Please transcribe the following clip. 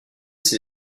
ses